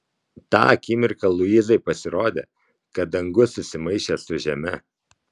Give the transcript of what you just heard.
tą akimirką luizai pasirodė kad dangus susimaišė su žeme